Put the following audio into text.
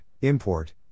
Import